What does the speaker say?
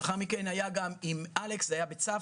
לאחר מכן זה היה גם עם אלכס בצוותא.